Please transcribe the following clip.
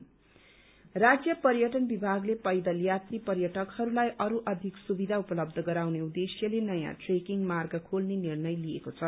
tourism राज्य पर्यटन विभागले पैदल यात्री पर्यटकहरूलाई अरू अधिक सुविधा उपलब्ध गराउने उद्देश्यले नयाँ ट्रेकिंग मार्ग खोल्ने निर्णय लिएको छ